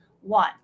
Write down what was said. one